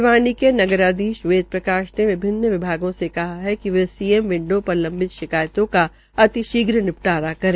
भिवानी के नगराधीश वेद प्रकाश ने विभिन्न विभागों से कहा है कि वे सीएम विंडो र लंम्बित शिकायतों का अतिशीघ्र नि टारा करें